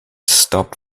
stopped